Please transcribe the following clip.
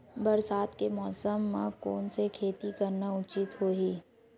बरसात के मौसम म कोन से खेती करना उचित होही?